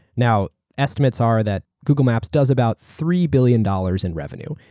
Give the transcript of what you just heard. now, estimates are that google maps does about three billion dollars in revenue.